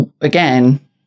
again